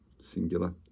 singular